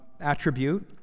attribute